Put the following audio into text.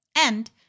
And